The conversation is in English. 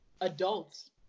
adults